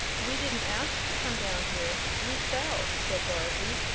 we didn't ask to come down here we fell, said dorothy.